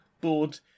board